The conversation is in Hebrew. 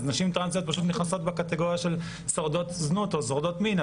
אז נשים טרנסיות פשוט נכנסות בקטגוריה של שורדות זנות או עובדות מין,